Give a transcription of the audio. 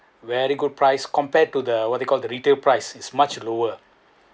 very good price compared to the what you call the retail price is much lower